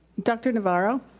dr. navarro,